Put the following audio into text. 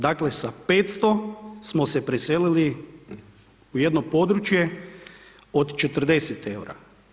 Dakle, sa 500 smo se preselili u jedno područje od 40 eura.